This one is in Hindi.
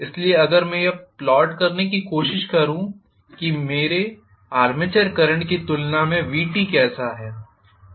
इसलिए अगर मैं यह प्लॉट करने की कोशिश करूं कि मेरे आर्मेचर करंट की तुलना मेंVt कैसा है